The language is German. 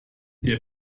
der